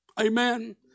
Amen